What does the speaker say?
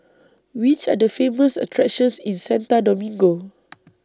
Which Are The Famous attractions in Santo Domingo